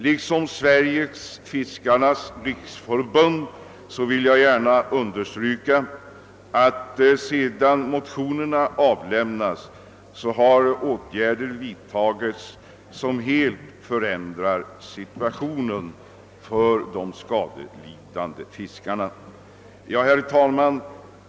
Liksom Sveriges fiskares riksförbund vill jag gärna understryka att sedan motionerna avlämnades har åtgärder vidtagits som helt förändrar situationen för de skadelidande fiskarna. Herr talman!